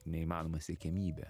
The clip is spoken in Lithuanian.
neįmanoma siekiamybė